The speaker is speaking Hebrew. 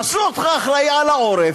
עשו אותך אחראי על העורף.